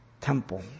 temple